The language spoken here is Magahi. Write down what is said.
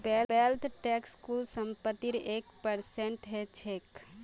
वेल्थ टैक्स कुल संपत्तिर एक परसेंट ह छेक